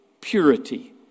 purity